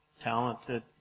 talented